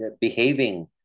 behaving